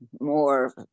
more